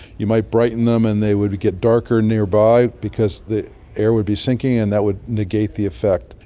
you might brighten them and they would get darker nearby because the air would be sinking and that would negate the effect.